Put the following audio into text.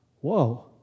Whoa